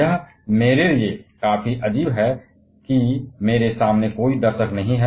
यह मेरे लिए काफी अजीब है कि मेरे सामने कोई दर्शक नहीं है